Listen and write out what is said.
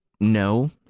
no